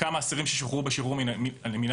וכמה אסירים ששוחררו בשחרור המינהלי